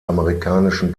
amerikanischen